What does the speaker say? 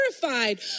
terrified